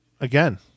again